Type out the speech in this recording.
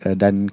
dan